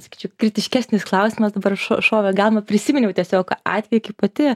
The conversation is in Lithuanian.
sakyčiau kritiškesnis klausimas dabar šovė galima prisiminiau tiesiog atvejį pati